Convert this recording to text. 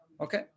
Okay